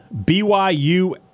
byu